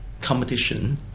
competition